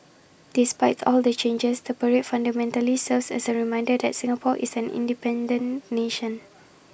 despite all the changes the parade fundamentally serves as A reminder that Singapore is an independent nation